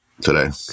today